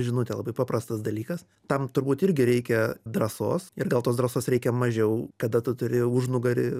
žinutė labai paprastas dalykas tam turbūt irgi reikia drąsos ir gal tos drąsos reikia mažiau kada tu turi užnugarį